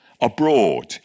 abroad